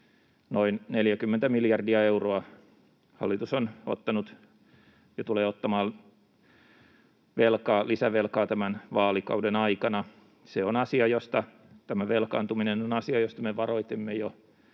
noin 40 miljardia euroa hallitus on ottanut ja tulee ottamaan lisävelkaa tämän vaalikauden aikana. Tämä velkaantuminen on asia, josta me varoitimme jo